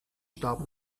starb